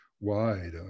wide